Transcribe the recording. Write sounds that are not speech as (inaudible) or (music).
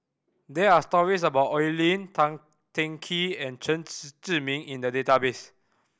there are stories about Oi Lin Tan Teng Kee and Chen (unintelligible) Zhiming in the database